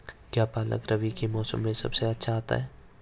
क्या पालक रबी के मौसम में सबसे अच्छा आता है?